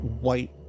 white